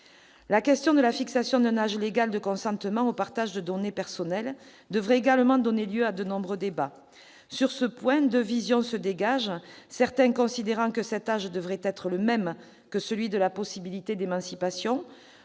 La question de la fixation d'un âge légal de consentement au partage de données personnelles devrait également donner lieu à de nombreux débats. Sur ce point, deux visions se dégagent, certains considérant que cet âge devrait être le même que celui de l'émancipation,